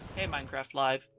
minecraft live.